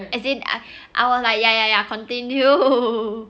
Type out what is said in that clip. as in I was like ya ya ya continue